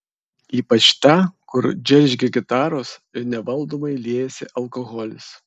ypač tą kur džeržgia gitaros ir nevaldomai liejasi alkoholis